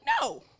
no